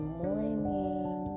morning